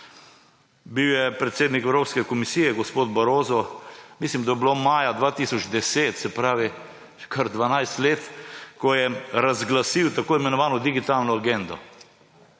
Bil je predsednik Evropske komisije, gospod Barroso, mislim, da je bilo to maja 2010, se pravi kar 12 let, ko je razglasil tako imenovano digitalno agendo.